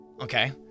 Okay